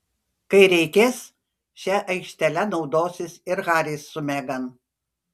kai reikės šia aikštele naudosis ir haris su megan